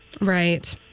Right